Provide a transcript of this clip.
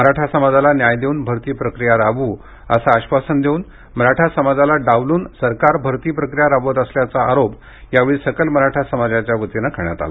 मराठा समाजाला न्याय देऊन भर्ती प्रक्रिया राबवू असं आश्वासन देऊन मराठा समाजाला डावलून सरकार भर्ती प्रक्रिया राबवत असल्याचा आरोप यावेळी सकल मराठा समाजाच्या वतीनं करण्यात आला